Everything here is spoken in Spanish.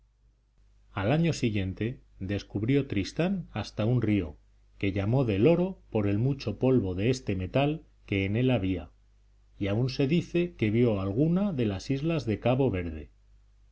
al año siguiente descubrió tristán hasta un río que llamó del oro por el mucho polvo de este metal que en él había y aun se dice que vio alguna de las islas de